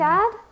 Dad